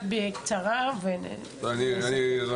אני אתייחס.